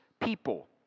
people